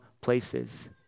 places